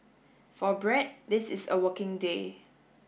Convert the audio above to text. for Brad this is a working day